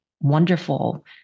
wonderful